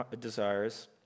desires